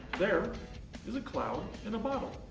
there is a cloud in the bottle.